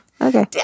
okay